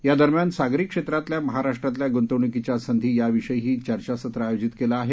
या दरम्यान सागरी क्षेत्रातल्या महाराष्ट्रातल्या गुंतवणुकीच्या संधी याविषयावरही चर्चासत्र आयोजित केलं आहे